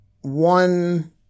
one